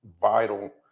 vital